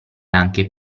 anche